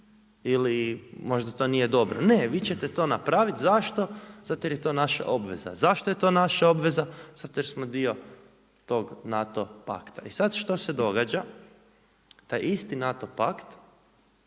ili možda to nije dobro. Ne, vi ćete to napraviti. Zašto? Zato jer je to naša obveza. Zašto je to naša obveza? Zato jer smo dio tog NATO pakta. I sad što se događa? Taj isti NATO pakt,